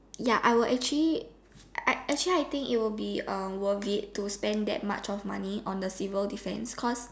ya I will actually I actually I think it will be uh worth it to spend that much of money on the civil defend cost